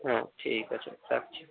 হ্যাঁ ঠিক আছে রাখছি